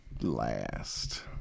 last